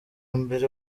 mbere